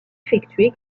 effectué